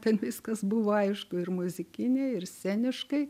ten viskas buvo aišku ir muzikiniai ir sceniškai